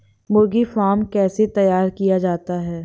मुर्गी फार्म कैसे तैयार किया जाता है?